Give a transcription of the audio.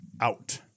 out